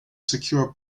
secure